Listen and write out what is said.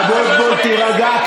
אבוטבול, תירגע.